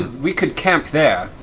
we could camp there.